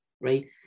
right